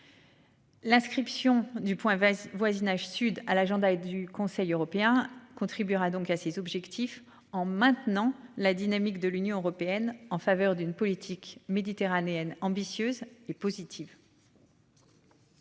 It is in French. L'inscription du point voisinage sud à l'agenda et du Conseil européen contribuera donc à ses objectifs en maintenant la dynamique de l'Union européenne en faveur d'une politique méditerranéenne ambitieuse et positive.--